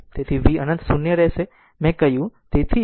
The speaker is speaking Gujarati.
તેથી v અનંત 0 હશે મેં કહ્યું